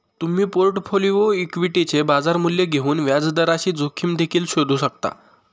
तुम्ही पोर्टफोलिओ इक्विटीचे बाजार मूल्य घेऊन व्याजदराची जोखीम देखील शोधू शकता